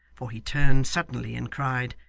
for he turned suddenly and cried,